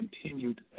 continued